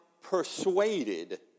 persuaded